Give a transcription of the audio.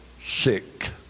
sick